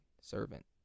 servant